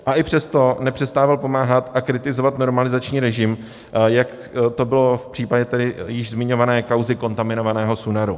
I přesto nepřestával pomáhat a kritizovat normalizační režim, jak to bylo v případě tedy již zmiňované kauzy kontaminovaného Sunaru.